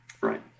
Right